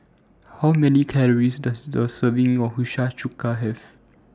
How Many Calories Does A Serving of Hiyashi Chuka Have